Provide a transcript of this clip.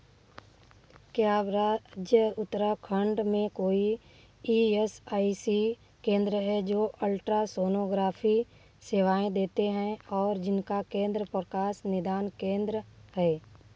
क्या राज्य उत्तराखंड में कोई ई एस आई सी केंद्र हैं जो अल्ट्रासोनोग्राफ़ी सेवाएँ देते हैं और जिनका केंद्र प्रकाश निदान केंद्र है